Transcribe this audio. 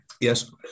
Yes